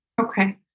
okay